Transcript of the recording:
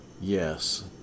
yes